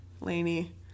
Laney